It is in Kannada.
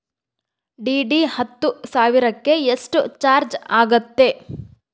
ಡಿ.ಡಿ ಹತ್ತು ಸಾವಿರಕ್ಕೆ ಎಷ್ಟು ಚಾಜ್೯ ಆಗತ್ತೆ?